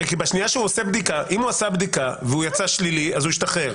אם הוא עשה בדיקה ויצא שלילי הוא השתחרר,